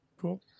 cool